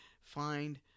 Find